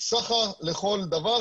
סחר לכל דבר,